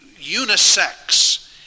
unisex